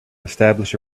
establish